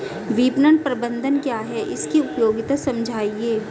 विपणन प्रबंधन क्या है इसकी उपयोगिता समझाइए?